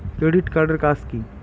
Credit card এর কাজ কি?